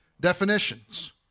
definitions